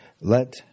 Let